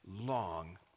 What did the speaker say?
long